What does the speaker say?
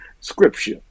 scripture